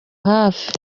hafi